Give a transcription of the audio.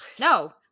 No